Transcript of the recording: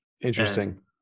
Interesting